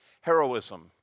heroism